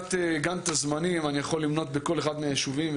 מבחינת גאנט הזמנים אני יכול למנות בכל אחד מהיישובים,